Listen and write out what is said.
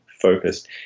focused